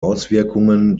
auswirkungen